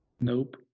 nope